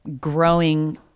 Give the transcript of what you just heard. growing